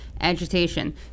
agitation